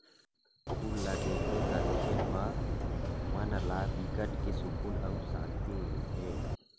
फूल ल देखबे ततके म मन ला बिकट के सुकुन अउ सांति मिलथे